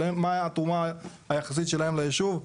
אבל מה התרומה היחסית שלהם לישוב?